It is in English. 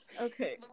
Okay